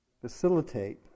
facilitate